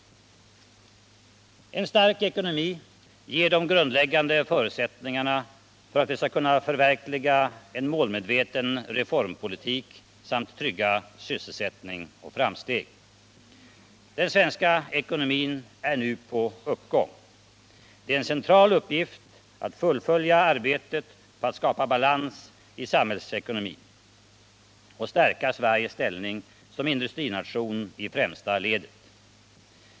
En stark ekonomi ger de grundläggande förutsättningarna för att vi skall kunna förverkliga en målmedveten reformpolitik samt trygga sysselsättning och framsteg. Den svenska ekonomin är nu på uppgång. Det är en central uppgift att fullfölja arbetet på att skapa balans i samhällsekonomin och stärka Sveriges ställning som industrination i främsta ledet.